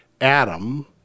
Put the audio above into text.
Adam